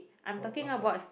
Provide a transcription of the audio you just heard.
what what for